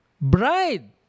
bride